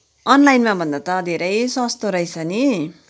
अनलाइनमा भन्दा त धेरै सस्तो रहेछ नि